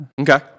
Okay